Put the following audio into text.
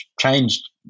changed